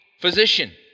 physician